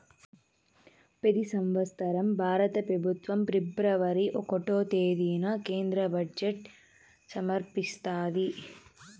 పెతి సంవత్సరం భారత పెబుత్వం ఫిబ్రవరి ఒకటో తేదీన కేంద్ర బడ్జెట్ సమర్పిస్తాది